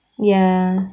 ya